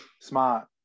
Smart